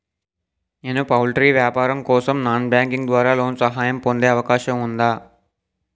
నేను పౌల్ట్రీ వ్యాపారం కోసం నాన్ బ్యాంకింగ్ ద్వారా లోన్ సహాయం పొందే అవకాశం ఉందా?